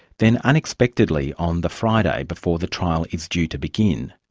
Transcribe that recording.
then unexpectedly on the friday before the trial is due to begin,